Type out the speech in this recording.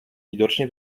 widocznie